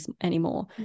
anymore